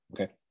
Okay